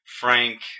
Frank